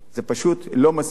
זה פשוט לא מספיק,